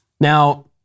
Now